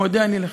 מודה אני לך.